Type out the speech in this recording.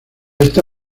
esta